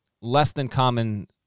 less-than-common